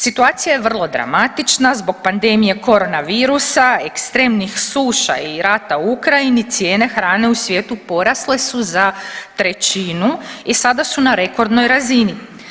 Situacija je vrlo dramatična zbog pandemije corona virusa, ekstremnih suša i rata u Ukrajini, cijene hrane u svijetu porasle su za trećinu i sada su na rekordnoj razini.